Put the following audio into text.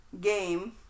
game